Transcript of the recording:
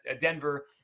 Denver